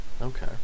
Okay